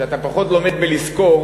שאתה פחות לומד בלזכור,